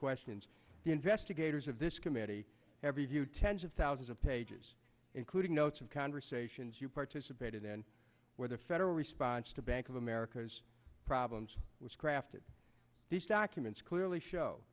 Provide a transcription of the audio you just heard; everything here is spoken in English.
questions the investigators of this committee every few tens of thousands of pages including notes of conversations you participated in where the federal response to bank of america's problems was crafted these documents clearly show